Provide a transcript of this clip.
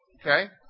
Okay